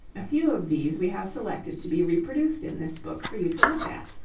a few of these we have selected to be reproduced in this book for you to look at.